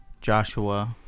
Joshua